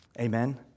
Amen